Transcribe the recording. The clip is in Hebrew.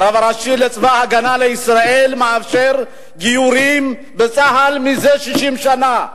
הרב הראשי לצבא-ההגנה לישראל מאפשר גיורים בצה"ל זה 60 שנה.